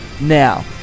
Now